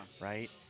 Right